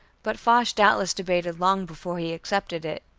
but foch doubtless debated long before he accepted it.